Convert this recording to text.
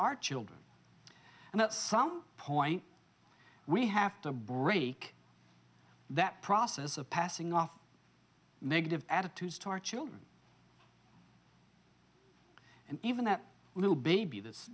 our children and at some point we have to break that process of passing off negative attitudes to our children and even that little baby th